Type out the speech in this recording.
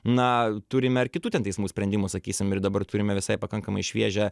na turime ir kitų ten teismų sprendimų sakysim ir dabar turime visai pakankamai šviežią